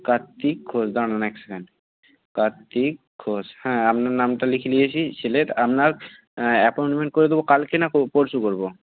কার্তিক ঘোষ দাঁড়ান এক সেকেন্ড কার্তিক ঘোষ হ্যাঁ আপনার নামটা লিখে নিয়েছি ছেলের আপনার অ্যাপয়েন্টমেন্ট করে দেবো কালকে না পরশু করব